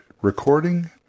recording